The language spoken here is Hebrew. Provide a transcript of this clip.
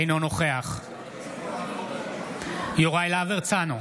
אינו נוכח יוראי להב הרצנו,